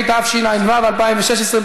התשע"ו 2016,